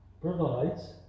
provides